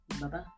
Bye-bye